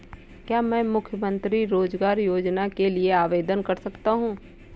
क्या मैं मुख्यमंत्री रोज़गार योजना के लिए आवेदन कर सकता हूँ?